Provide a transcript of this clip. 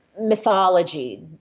mythology